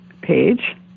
page